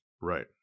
Right